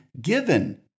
given